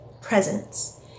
presence